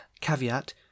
caveat